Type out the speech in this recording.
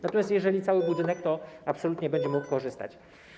Natomiast jeżeli cały budynek, to absolutnie będzie mógł korzystać.